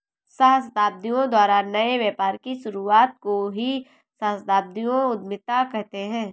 सहस्राब्दियों द्वारा नए व्यापार की शुरुआत को ही सहस्राब्दियों उधीमता कहते हैं